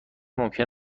ممکن